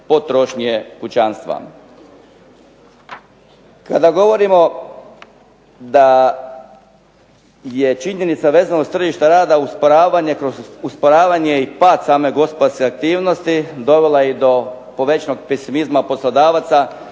Kada govorimo da je činjenica vezanost tržišta rada, usporavanje i pad same gospodarske aktivnosti dovela i do povećanog pesimizma poslodavaca